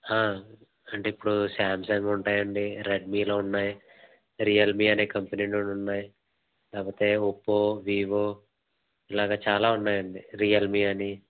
అంటే ఇప్పుడు సామ్సంగ్ ఉంటాయి అండి రెడ్మీలో ఉన్నాయి రియల్మీ అనే కంపనీలో ఉన్నాయి కాకపోతే ఒప్పో వివో ఇలాగ చాలా ఉన్నాయండి రియల్మీ అని